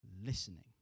listening